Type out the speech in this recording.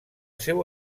seu